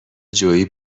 جویی